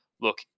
look